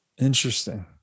interesting